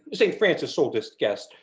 saint francis' oldest guest,